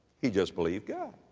he just believed god.